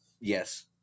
Yes